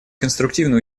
конструктивно